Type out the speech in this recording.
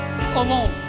alone